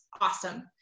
awesome